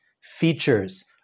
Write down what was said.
features